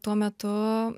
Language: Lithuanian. tuo metu